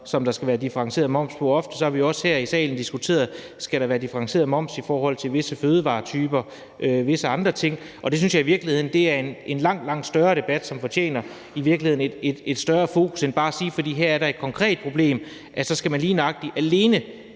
som der skal være differentieret moms på. Ofte har vi også her i salen diskuteret, om der skal være differentieret moms på visse fødevaretyper og visse andre ting. Det synes jeg i virkeligheden er en langt, langt større debat, som fortjener et større fokus, end at man bare siger, at fordi der her er et konkret problem, skal man lige nøjagtig alene